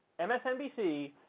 msnbc